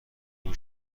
این